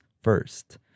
first